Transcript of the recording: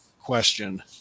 question